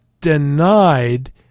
denied